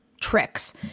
tricks